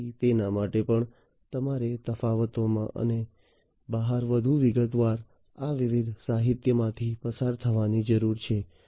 તેથી તેના માટે પણ તમારે આ તફાવતોમાં અને બહાર વધુ વિગતવાર આ વિવિધ સાહિત્યમાંથી પસાર થવાની જરૂર છે